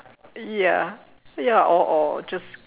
ya ya or or or just